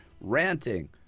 ranting